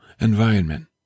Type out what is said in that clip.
environment